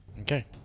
Okay